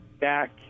back